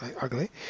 ugly